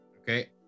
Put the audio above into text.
Okay